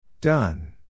Done